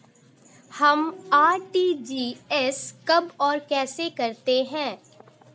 हम आर.टी.जी.एस कब और कैसे करते हैं?